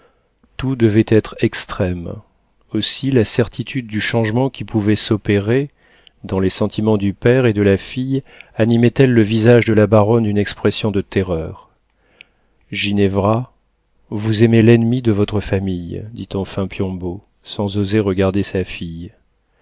tout devait être extrême aussi la certitude du changement qui pouvait s'opérer dans les sentiments du père et de la fille animait elle le visage de la baronne d'une expression de terreur ginevra vous aimez l'ennemi de votre famille dit enfin piombo sans oser regarder sa fille